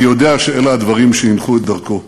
אני יודע שאלה הדברים שהנחו את דרכו.